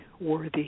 worthy